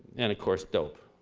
and of course dope,